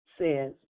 says